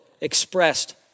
expressed